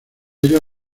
ellos